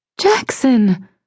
Jackson